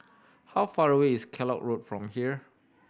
how far away is Kellock Road from here